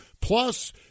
Plus